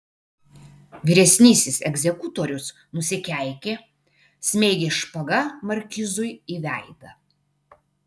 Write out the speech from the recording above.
vyresnysis egzekutorius nusikeikė smeigė špaga markizui į veidą